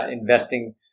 investing